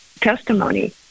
testimony